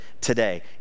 today